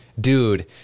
dude